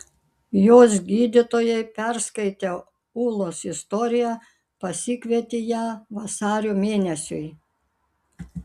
jos gydytojai perskaitę ūlos istoriją pasikvietė ją vasario mėnesiui